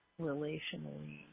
relationally